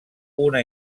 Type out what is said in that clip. una